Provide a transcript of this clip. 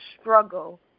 struggle